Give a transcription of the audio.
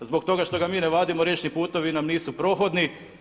Zbog toga što ga mi ne vadimo riječni putovi nam nisu prohodni.